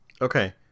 Okay